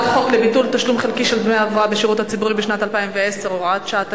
לביטול תשלום חלקי של דמי ההבראה בשירות הציבורי בשנת 2010 (הוראת שעה),